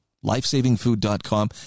lifesavingfood.com